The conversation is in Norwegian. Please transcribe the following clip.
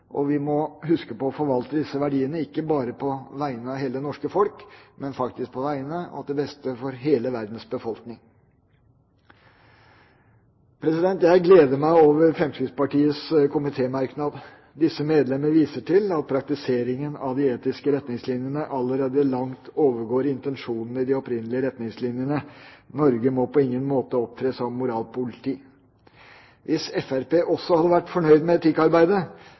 og vi må huske på å forvalte disse verdiene ikke bare på vegne av hele det norske folk, men faktisk på vegne av og til beste for hele verdens befolkning. Jeg gleder meg over Fremskrittspartiets komitémerknad: «Disse medlemmer viser til at praktiseringen av de etiske retningslinjene allerede langt overgår intensjonen i de opprinnelige retningslinjene. Norge burde ikke på noen måte opptre som «moralpoliti» Hvis Fremskrittspartiet også hadde vært fornøyd med etikkarbeidet,